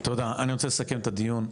תודה, אני רוצה לסכם את הדיון.